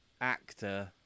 actor